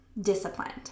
disciplined